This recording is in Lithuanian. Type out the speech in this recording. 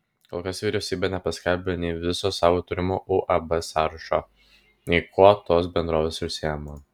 kol kas vyriausybė nepaskelbė nei viso savo turimų uab sąrašo nei kuo tos bendrovės užsiima